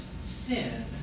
sin